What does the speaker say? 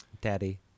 daddy